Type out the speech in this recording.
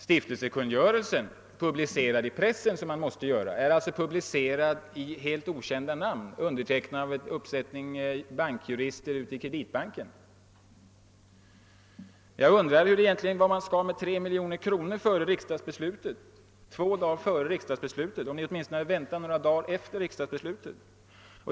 Stiftelsekungörelsen, som publicerades i pressen — något som man måste göra — är undertecknad med helt okända namn, en uppsättning bankjurister i Kreditbanken. Jag undrar vad man skulle göra med 3 miljoner kronor två dagar före riksdagsbeslutet. Man hade åtminstone kun nat vänta till några dagar efter beslutet.